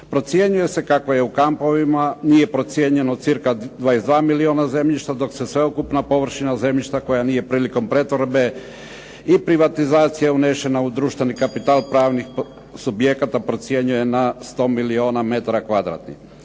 Procjenjuje se kako je u kampovima, nije procijenjeno cirka 22 milijona zemljišta, dok se sveukupna površina zemljišta koja nije prilikom pretvorbe i privatizacije unešena u društveni kapital pravnih subjekata procjenjuje na 100 milijona metara kvadratnih.